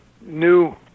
new